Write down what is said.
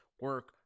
Work